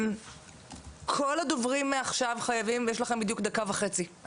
כל הדוברים מעכשיו, יש לכם בדיוק דקה וחצי.